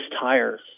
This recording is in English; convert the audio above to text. tires